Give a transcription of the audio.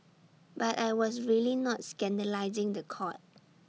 but I was really not scandalising The Court